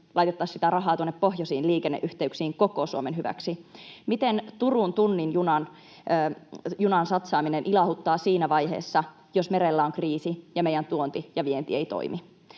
laitettaisiin rahaa tuonne pohjoisiin liikenneyhteyksiin koko Suomen hyväksi. Miten Turun tunnin junaan satsaaminen ilahduttaa siinä vaiheessa, jos merellä on kriisi ja meidän tuonti ja vienti eivät toimi?